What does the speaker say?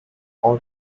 are